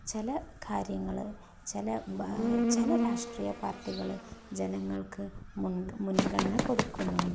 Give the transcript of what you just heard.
ചില കാര്യങ്ങള് ചില രാഷ്ട്രീയപ്പാർട്ടികള് ജനങ്ങൾക്ക് മുൻഗണന കൊടുക്കുന്നുണ്ട്